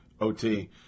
O-T